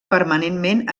permanentment